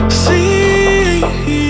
see